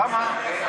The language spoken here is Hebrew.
למה?